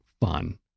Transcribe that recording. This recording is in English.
fun